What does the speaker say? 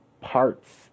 parts